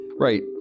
Right